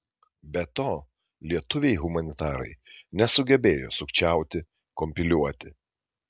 be to lietuviai humanitarai nesugebėjo sukčiauti kompiliuoti